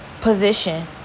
position